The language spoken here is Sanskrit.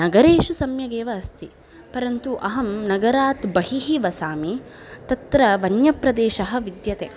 नगरेषु सम्यगेव अस्ति परन्तु अहं नगरात् बहिः वसामि तत्र वन्यप्रदेशः विद्यते